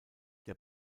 der